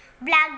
black